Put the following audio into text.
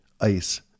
ICE